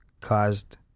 caused